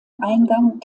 eingang